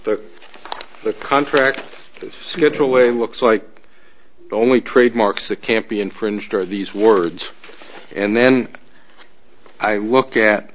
too the contract schedule way looks like only trademarks that can't be infringed are these words and then i look at